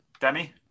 Demi